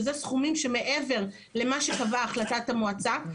שאלה סכומים שמעבר למה שקבעה החלטת המועצה,